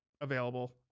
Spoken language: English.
available